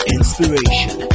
Inspiration